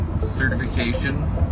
Certification